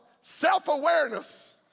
self-awareness